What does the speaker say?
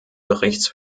berichts